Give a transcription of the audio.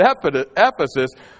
Ephesus